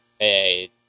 hey